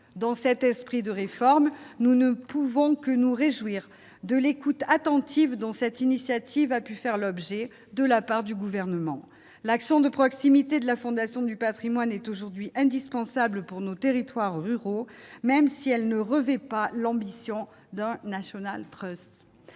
dans cet esprit de réforme, nous ne pouvons que nous réjouir de l'écoute attentive dans cette initiative, a pu faire l'objet de la part du gouvernement, l'action de proximité de la Fondation du Patrimoine est aujourd'hui indispensable pour nos territoires ruraux, même si elle ne revêt pas l'ambition d'un National Trust,